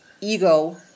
ego